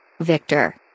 Victor